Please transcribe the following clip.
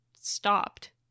stopped